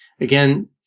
Again